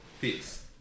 Peace